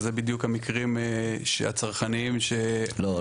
וזה בדיוק המקרים הצרכניים --- לא,